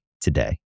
today